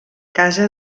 casa